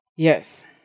Yes